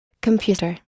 computer